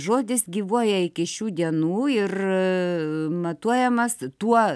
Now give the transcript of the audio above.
žodis gyvuoja iki šių dienų ir matuojamas tuo